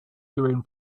during